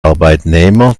arbeitnehmer